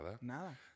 nada